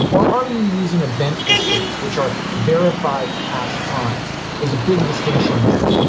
or are you using event histories which are verified past crimes? there's a big distinction there.